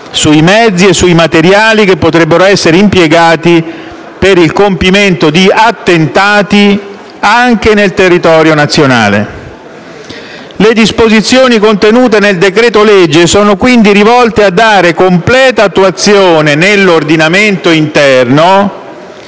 sui mezzi e sui materiali che potrebbero essere impiegati, per il compimento di attentati, anche nel territorio nazionale. Le disposizioni contenute nel decreto-legge sono, pertanto, rivolte a dare completa attuazione nell'ordinamento interno